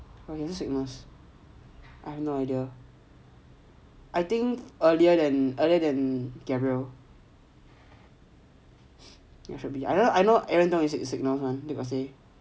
he also signals I've no idea I think earlier than earlier than gabriel you should be either I know aaron tiong is is from signals he got say